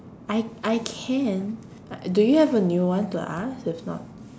I I can like do you have a new one to ask if not